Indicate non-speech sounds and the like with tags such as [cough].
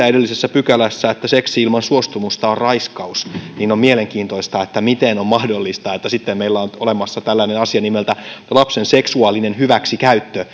[unintelligible] edellisessä pykälässä siitä että seksi ilman suostumusta on raiskaus on mielenkiintoista miten on mahdollista että sitten meillä on olemassa tällainen asia nimeltä lapsen seksuaalinen hyväksikäyttö [unintelligible]